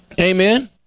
Amen